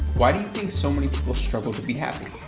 why do you think so many people struggle to be happy?